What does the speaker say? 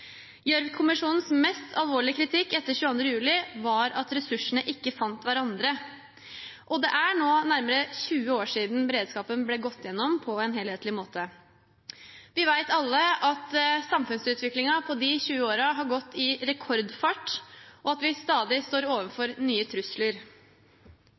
mest alvorlige kritikk etter 22. juli var at ressursene ikke fant hverandre, og det er nå nærmere 20 år siden beredskapen ble gått gjennom på en helhetlig måte. Vi vet alle at samfunnsutviklingen på de 20 årene har gått i rekordfart, og at vi stadig står